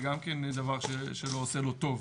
זה גם כן דבר שלא עושה לו טוב.